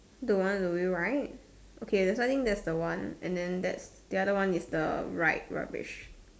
the one with the wheel right okay I think that's the one and then that's the other one is the right rubbish